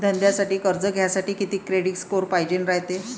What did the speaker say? धंद्यासाठी कर्ज घ्यासाठी कितीक क्रेडिट स्कोर पायजेन रायते?